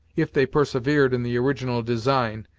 if they persevered in the original design,